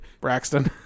Braxton